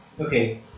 Okay